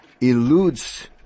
eludes